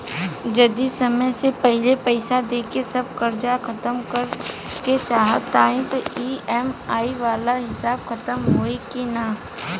जदी समय से पहिले पईसा देके सब कर्जा खतम करे के चाही त ई.एम.आई वाला हिसाब खतम होइकी ना?